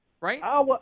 Right